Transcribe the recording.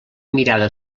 mirada